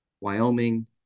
Wyoming